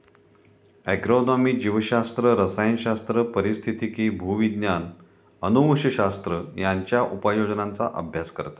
agronomy जीवशास्त्र, रसायनशास्त्र, पारिस्थितिकी, भूविज्ञान, अनुवंशशास्त्र यांच्या उपयोजनांचा अभ्यास करतात